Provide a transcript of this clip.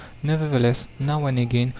nevertheless, now and again,